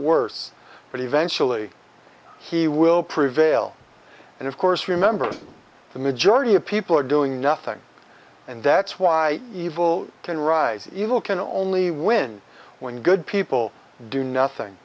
worse but eventually he will prevail and of course remember the majority of people are doing nothing and that's why evil can rise evil can only win when good people do nothing